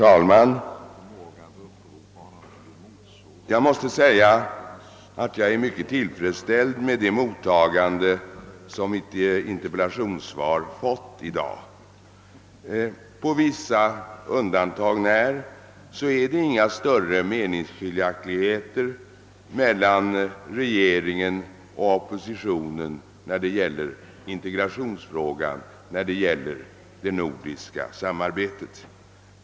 Herr talman! Jag är mycket tillfreds Ställd med det mottagande som mitt interpellationssvar i dag har fått. Med Några undantag finns det inga större Meningsskiljaktigheter mellan regeringen och oppositionen i vad gäller Integrationsfrågan och frågan om det Nordiska samarbetet.